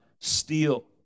steal